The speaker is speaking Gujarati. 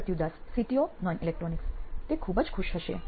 સુપ્રતિવ દાસ સીટીઓ નોઇન ઇલેક્ટ્રોનિક્સ તે ખૂબ જ ખુશ હશે